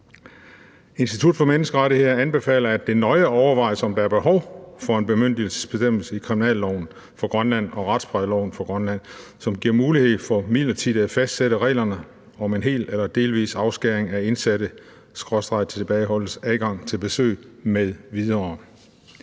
Institut for Menneskerettigheder anbefaler, at det nøje overvejes, om der er behov for en bemyndigelsesbestemmelse i kriminalloven på Grønland og retsplejeloven på Grønland, som giver mulighed for midlertidigt at fastsætte reglerne om en hel eller delvis afskæring af indsatte skråstreg tilbageholdtes adgang til besøg m.v.